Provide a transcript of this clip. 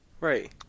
Right